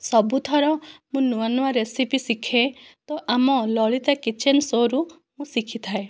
ସବୁଥର ମୁଁ ନୂଆ ନୂଆ ରେସିପି ଶିଖେ ତ ଆମ ଲଳିତା କିଚେନ ଶୋରୁ ମୁଁ ଶିଖିଥାଏ